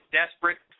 desperate